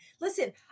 Listen